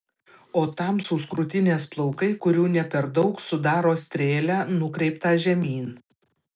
o tamsūs krūtinės plaukai kurių ne per daug sudaro strėlę nukreiptą žemyn